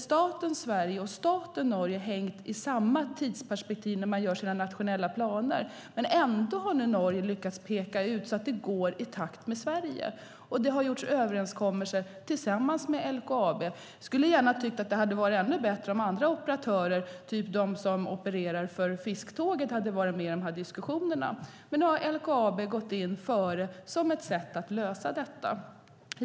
Staten Sverige och staten Norge har inte haft samma tidsperspektiv när man gör sina nationella planer, men Norge har nu lyckats peka ut en plan där de går i takt med Sverige. Det har gjorts överenskommelser med LKAB. Jag skulle ha tyckt att det hade varit ännu bättre om andra operatörer, typ de som kör fisktåget, hade varit med i diskussionerna. Men nu har LKAB gått in före, som ett sätt att lösa detta.